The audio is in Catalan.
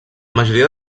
majoria